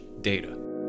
data